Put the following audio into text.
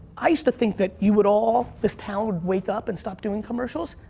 i used to think that you would all, this town would wake up and stop doing commercials.